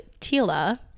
Tila